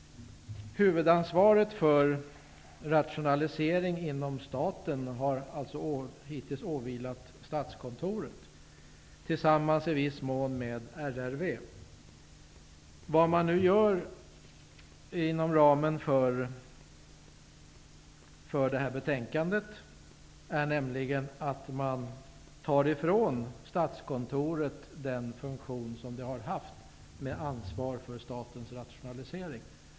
Huvudansvaret för rationalisering inom staten har hittills åvilat Statskontoret tillsammans med RRV i viss mån. Vad man nu inom ramen för detta betänkande föreslår är att man skall ta ifrån Statskontoret den funktion det har haft genom att det har ansvarat för statens rationalisering.